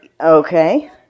Okay